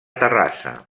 terrassa